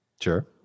Sure